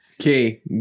Okay